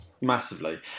Massively